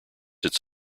its